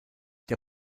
der